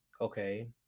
okay